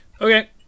Okay